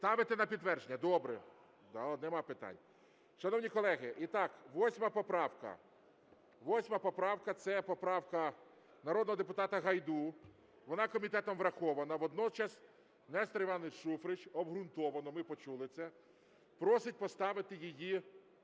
Ставити на підтвердження? Добре. Нема питань. Шановні колеги, 8 поправка, 8 поправка, це поправка народного депутата Гайду. Вона комітетом врахована, водночас Нестор Іванович Шуфрич обґрунтовано, ми почули це, просить поставити її